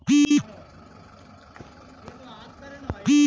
দোকানে মাল কিনে টাকা দেওয়ার সময় কিভাবে কিউ.আর কোড স্ক্যান করে পেমেন্ট করতে হয়?